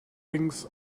things